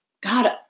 God